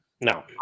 No